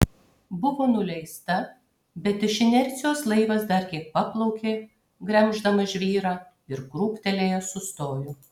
buvo nuleista bet iš inercijos laivas dar kiek paplaukė gremždamas žvyrą ir krūptelėjęs sustojo